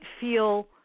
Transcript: feel